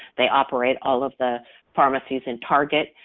they operate all of the pharmacies in target.